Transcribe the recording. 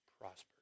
prospered